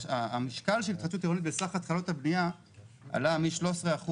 המשקל של התחדשות עירונית בסך התחלות הבניה עלה מ-13%